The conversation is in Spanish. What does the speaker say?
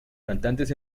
cantantes